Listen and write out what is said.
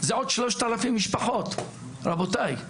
זה עוד 3,000 משפחות, רבותיי,